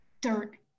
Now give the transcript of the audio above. Dirt